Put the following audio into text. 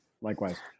Likewise